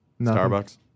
Starbucks